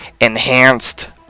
enhanced